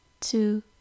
two